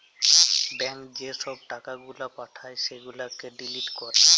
ব্যাংকে যে ছব টাকা গুলা পাঠায় সেগুলাকে ডিলিট ক্যরে